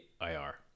IR